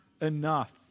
enough